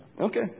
Okay